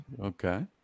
Okay